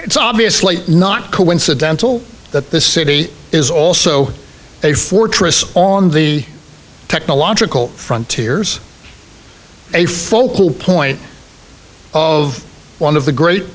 it's obviously not coincidental that this city is also a fortress on the technological front tears a focal point of one of the great